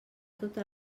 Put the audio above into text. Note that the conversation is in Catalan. tota